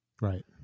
right